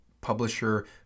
publisher